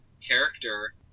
character